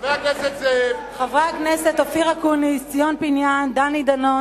חבר הכנסת זאב.